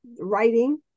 writing